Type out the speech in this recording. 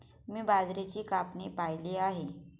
मी बाजरीची कापणी पाहिली आहे